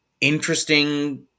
interesting